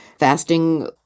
Fasting